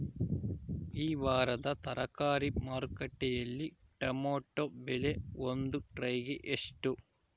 ಈ ವಾರದ ತರಕಾರಿ ಮಾರುಕಟ್ಟೆಯಲ್ಲಿ ಟೊಮೆಟೊ ಬೆಲೆ ಒಂದು ಟ್ರೈ ಗೆ ಎಷ್ಟು?